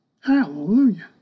Hallelujah